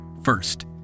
First